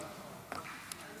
אדוני